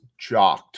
jocked